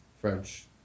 french